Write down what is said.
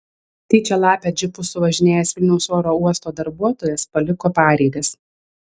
tyčia lapę džipu suvažinėjęs vilniaus oro uosto darbuotojas paliko pareigas